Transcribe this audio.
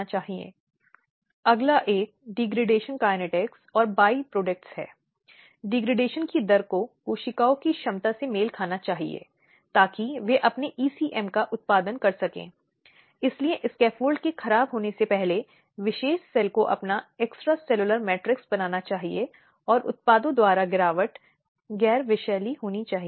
इसलिए इस प्रकार की गाली के बारे में कहा जाता है पहले शारीरिक शोषण शामिल है जो एक ऐसा कार्य या आचरण है जिसमें शारीरिक दर्द होता है जिससे महिलाओं का स्वास्थ्य ख़राब होता है या जहाँ महिलाओं के खिलाफ बलपूर्वक धमकाने या बल प्रयोग की मात्रा होती है